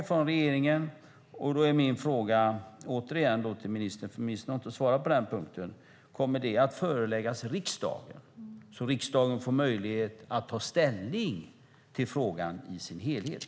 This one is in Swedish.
Då är min fråga till ministern återigen, för ministern har inte svarat på den punkten: Kommer det att föreläggas riksdagen så att riksdagen får möjlighet att ta ställning till frågan i sin helhet?